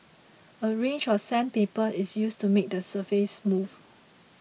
a range of sandpaper is used to make the surface smooth